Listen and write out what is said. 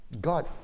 God